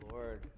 Lord